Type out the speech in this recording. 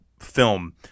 film